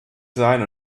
sein